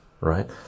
right